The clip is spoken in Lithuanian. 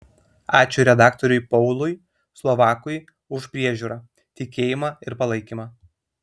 ačiū redaktoriui paului slovakui už priežiūrą tikėjimą ir palaikymą